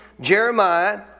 Jeremiah